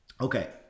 Okay